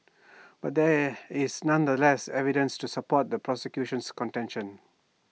but there is nonetheless evidence to support the prosecution's contention